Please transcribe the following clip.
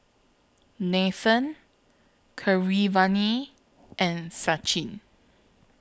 Nathan Keeravani and Sachin